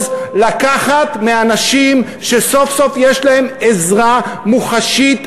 לקחת מאנשים שסוף-סוף יש להם עזרה מוחשית,